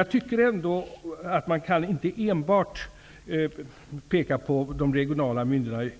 Jag tycker inte att man enbart kan peka på de regionala